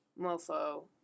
mofo